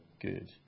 good